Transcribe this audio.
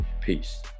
peace